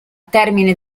termine